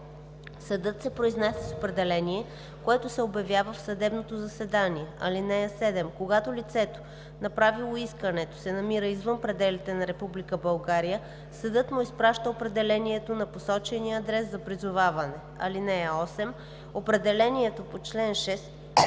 Съдът се произнася с определение, което се обявява в съдебното заседание. (7) Когато лицето, направило искането, се намира извън пределите на Република България, съдът му изпраща определението на посочения адрес за призоваване. (8) Определението по ал. 6